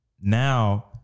now